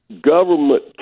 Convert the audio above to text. government